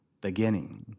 beginning